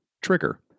Trigger